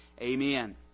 Amen